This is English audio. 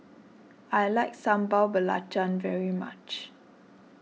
I like Sambal Belacan very much